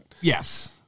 Yes